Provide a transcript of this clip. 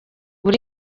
uri